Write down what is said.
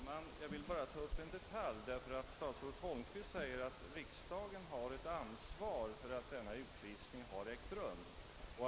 Herr talman! Jag skall bara ta upp en detalj. Statsrådet Holmqvist säger, att riksdagen har ett ansvar för att denna utvisning ägt rum.